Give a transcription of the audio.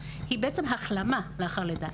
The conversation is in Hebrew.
היא בעצם החלמה לאחר לידה.